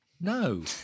No